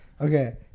okay